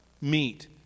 meet